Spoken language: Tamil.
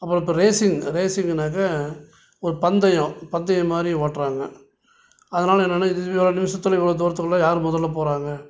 அப்புறம் இப்போ ரேஸிங் ரேஸிங்குனாக்க ஒரு பந்தயம் பந்தயம் மாதிரி ஓட்டுறாங்க அதனால என்னென்னால் இது ஒரு நிமிஷத்தில் இவ்வளோ தூரத்துக்குள்ள யார் முதலில் போகிறாங்க